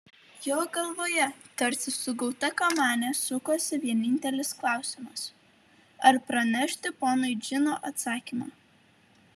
jo galvoje tarsi sugauta kamanė sukosi vienintelis klausimas ar pranešti ponui džino atsakymą